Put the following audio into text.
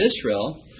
Israel